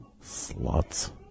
Slots